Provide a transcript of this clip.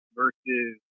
versus